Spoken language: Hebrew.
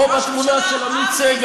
תמיד, כל מה שהוא אומר, הסתה.